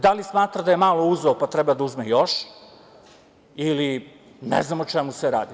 Da li smatra da je malo uzeo pa treba da uzme još ili ne znam o čemu se radi?